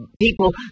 people